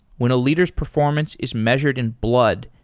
when a leader s performance is measured in blood,